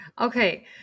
Okay